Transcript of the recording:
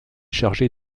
chargée